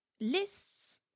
lists